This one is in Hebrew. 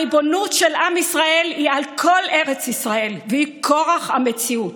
הריבונות של עם ישראל היא על כל ארץ ישראל והיא כורח המציאות.